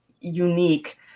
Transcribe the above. unique